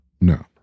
No